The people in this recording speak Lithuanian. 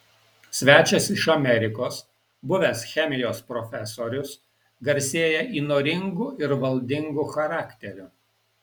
svečias iš amerikos buvęs chemijos profesorius garsėja įnoringu ir valdingu charakteriu